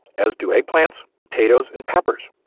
as do eggplants, potatoes, and peppers,